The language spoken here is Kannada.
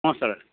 ಹ್ಞೂ ಸರ